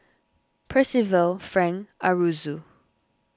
Percival Frank Aroozoo